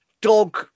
dog